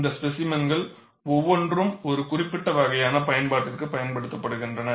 இந்த ஸ்பேசிமென்கள் ஒவ்வொன்றும் ஒரு குறிப்பிட்ட வகையான பயன்பாட்டிற்கு பயன்படுத்தப்படுகின்றன